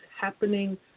happening